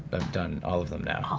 i've done all of them now. all